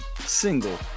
single